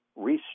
restructure